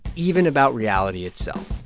even about reality itself